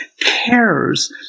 cares